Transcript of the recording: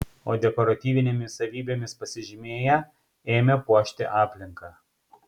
o dekoratyvinėmis savybėmis pasižymėję ėmė puošti aplinką